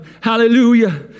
hallelujah